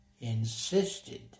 insisted